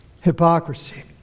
hypocrisy